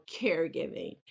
caregiving